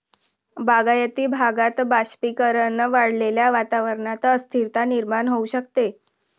बागायती भागात बाष्पीभवन वाढल्याने वातावरणात अस्थिरता निर्माण होऊ शकते